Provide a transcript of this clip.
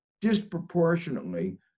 disproportionately